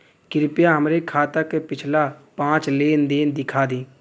कृपया हमरे खाता क पिछला पांच लेन देन दिखा दी